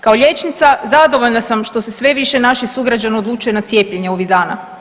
Kao liječnica zadovoljna sam što se sve više naših sugrađana odlučuje na cijepljenje ovih dana.